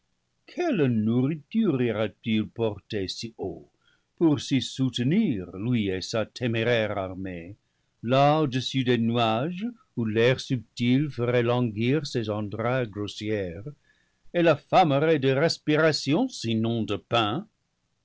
quelle nourriture ira-t-il porter si haut pour s'y soutenir lui et sa téméraire armée là au-dessus des nuages où l'air subtil ferait languir ses entrailles grossières et l'affamerait de respiration sinon de pain